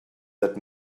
that